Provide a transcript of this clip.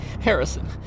Harrison